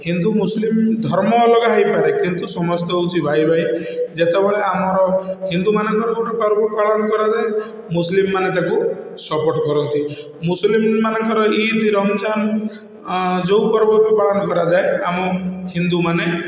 ହିନ୍ଦୁ ମୁସଲିମ ଧର୍ମ ଅଲଗା ହେଇପାରେ କିନ୍ତୁ ସମସ୍ତେ ହଉଛି ଭାଇ ଭାଇ ଯେତେବେଳେ ଆମର ହିନ୍ଦୁ ମାନଙ୍କର ଗୋଟେ ପର୍ବ ପାଳନ କରାଯାଏ ମୁସଲିମମାନେ ତାକୁ ସପୋର୍ଟ କରନ୍ତି ମୁସଲିମ ମାନଙ୍କର ଇଦ ରମଜାନ ଯେଉଁ ପର୍ବବି ପାଳନ କରାଯାଏ ଆମ ହିନ୍ଦୁ ମାନେ